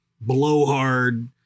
blowhard